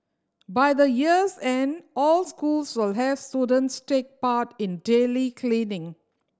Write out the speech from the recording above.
by the year's end all schools will have students take part in daily cleaning